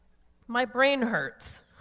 my brain hurts,